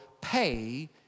pay